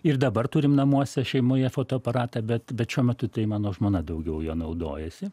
ir dabar turim namuose šeimoje fotoaparatą bet bet šiuo metu tai mano žmona daugiau juo naudojasi